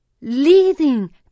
leading